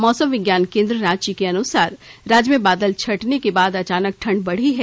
मौसम विज्ञान केन्द्र रांची के अनुसार राज्य में बादल छटने के बाद अचानक ठंड बढ़ी है